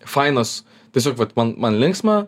fainos tiesiog vat man man linksma